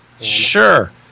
Sure